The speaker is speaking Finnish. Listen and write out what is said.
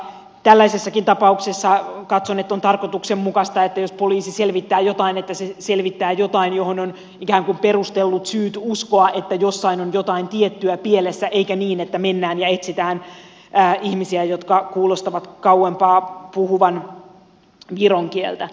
tällaisessakin tapauksessa katson että on tarkoituksenmukaista että jos poliisi selvittää jotain niin se selvittää jotain jossa on ikään kuin perustellut syyt uskoa että jossain on jotain tiettyä pielessä eikä niin että mennään ja etsitään ihmisiä jotka kauempaa kuulostavat puhuvan viron kieltä